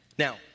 Now